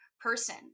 person